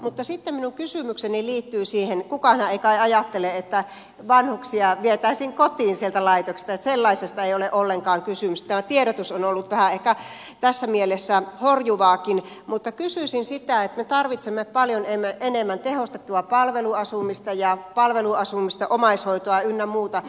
mutta sitten minun kysymykseni liittyy siihen kukaanhan ei kai ajattele että vanhuksia vietäisiin kotiin sieltä laitoksista sellaisesta ei ole ollenkaan kysymys ja tämä tiedotus on ollut ehkä tässä mielessä vähän horjuvaakin että me tarvitsemme paljon enemmän palveluasumista tehostettua palveluasumista omaishoitoa ynnä muuta